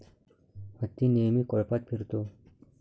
हत्ती नेहमी कळपात फिरतो